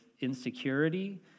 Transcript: insecurity